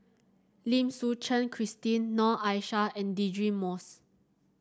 Lim Suchen Christine Noor Aishah and Deirdre Moss